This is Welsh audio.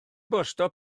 bostio